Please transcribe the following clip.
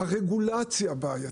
הרגולציה בעייתית,